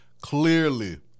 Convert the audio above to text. Clearly